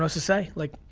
to say, like,